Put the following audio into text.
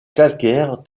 calcaire